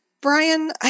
Brian